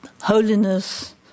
holiness